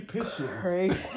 crazy